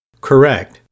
Correct